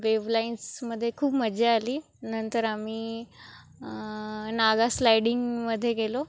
wave लाइन्समध्ये खूप मज्जा आली नंतर आम्ही नागा स्लायडिंगमध्ये गेलो